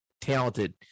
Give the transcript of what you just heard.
Talented